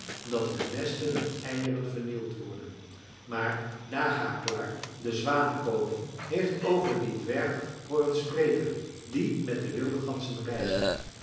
dat hun nesten en eieren vernield worden maar dagaklar de zwanenkoning heeft over dien dwerg hooren spreken die met de wilde ganzen reist